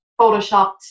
photoshopped